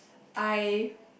I